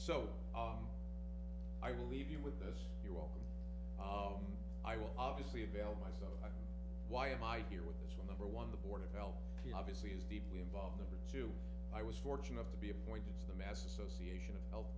so i will leave you with this you're welcome i will obviously avail myself why am i here with this one number one the board of health p obviously is deeply involved number two i was fortunate to be appointed to the mass association of health